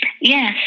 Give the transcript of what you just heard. yes